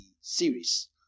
series